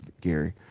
Gary